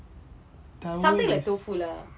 something like tofu lah